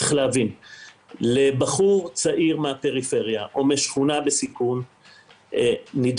צריך להבין שלבחור צעיר מהפריפריה או משכונה בסיכון נדרש